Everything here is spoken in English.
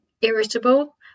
irritable